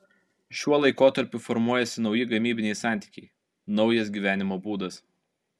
šiuo laikotarpiu formuojasi nauji gamybiniai santykiai naujas gyvenimo būdas